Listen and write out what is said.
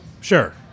Sure